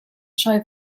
sioe